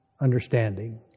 understanding